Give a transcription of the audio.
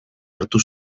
hartu